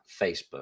Facebook